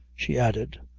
she added,